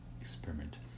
experiment